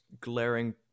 glaring